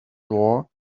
door